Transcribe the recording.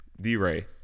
D-Ray